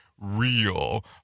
real